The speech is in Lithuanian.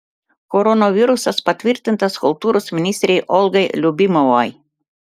koronavirusas patvirtintas kultūros ministrei olgai liubimovai